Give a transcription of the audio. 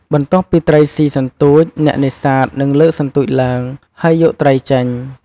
បន្ទាប់ពីត្រីសុីសន្ទូច អ្នកនេសាទនឹងលើកសន្ទួចឡើង ហើយយកត្រីចេញ។